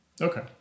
Okay